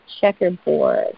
checkerboard